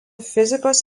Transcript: fizikos